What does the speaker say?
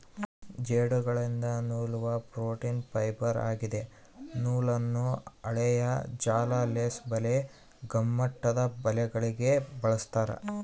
ಜೇಡಗಳಿಂದ ನೂಲುವ protein fibre ಆಗಿದೆ ನೂಲನ್ನು ಹಾಳೆಯ ಜಾಲ ಲೇಸ್ ಬಲೆ ಗುಮ್ಮಟದಬಲೆಗಳಿಗೆ ಬಳಸ್ತಾರ